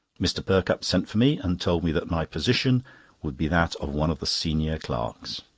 mr. perkupp sent for me and told me that my position would be that of one of the senior clerks.